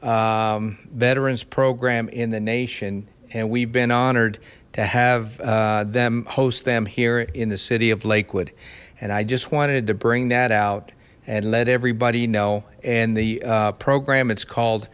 first veterans program in the nation and we've been honored to have them host them here in the city of lakewood and i just wanted to bring that out and let everybody know and the program it's called